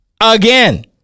again